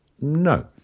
No